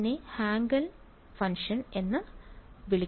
ഇതിനെ Hankel function എന്ന് വിളിക്കുന്നു